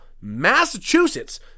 Massachusetts